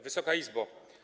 Wysoka Izbo!